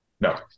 No